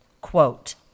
Quote